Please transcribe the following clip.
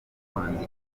kwandika